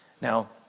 Now